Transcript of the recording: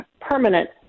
permanent